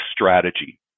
strategy